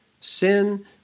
sin